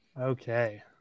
Okay